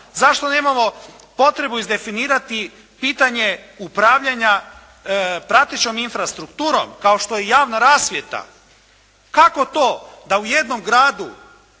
Zašto nemamo potrebu izdefinirati pitanje upravljanja pratećom infrastrukturom, kao što je javna rasvjeta? Kako to da u jednom gradu